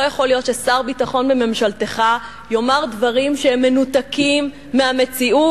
לא יכול להיות ששר ביטחון בממשלתך יאמר דברים שהם מנותקים מהמציאות,